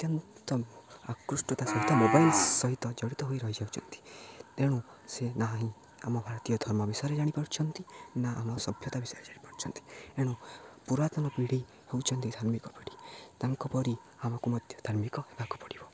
ଅତ୍ୟନ୍ତ ଆକୃଷ୍ଟତା ସହିତ ମୋବାଇଲ୍ ସହିତ ଜଡ଼ିତ ହୋଇ ରହିଯାଉଛନ୍ତି ତେଣୁ ସେ ନା ହିଁ ଆମ ଭାରତୀୟ ଧର୍ମ ବିଷୟରେ ଜାଣିପାରୁଛନ୍ତି ନା ଆମ ସଭ୍ୟତା ବିଷୟରେ ଜାଣିପାରୁଛନ୍ତି ଏଣୁ ପୁରାତନ ପିଢ଼ି ହେଉଛନ୍ତି ଧାର୍ମିକ ପିଢ଼ି ତାଙ୍କ ପରି ଆମକୁ ମଧ୍ୟ ଧାର୍ମିକ ହେବାକୁ ପଡ଼ିବ